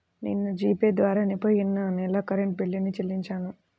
నిన్న G pay ద్వారానే పొయ్యిన నెల కరెంట్ బిల్లుని చెల్లించాను